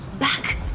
Back